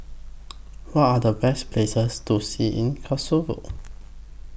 What Are The Best Places to See in Kosovo